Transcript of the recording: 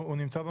הוא נמצא אתך,